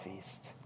feast